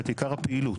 את עיקר הפעילות,